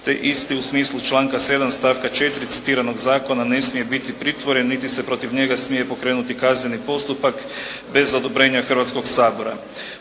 te isti u smislu članka 7. stavka 4. citiranog zakona ne smije biti pritvoren niti se protiv njega smije pokrenuti kazneni postupak bez odobrenja Hrvatskoga sabora.